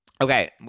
Okay